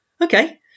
Okay